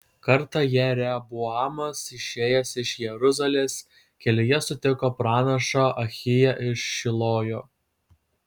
kartą jeroboamas išėjęs iš jeruzalės kelyje sutiko pranašą ahiją iš šilojo